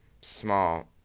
small